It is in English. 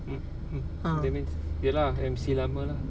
ah